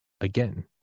again